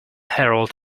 herald